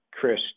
Chris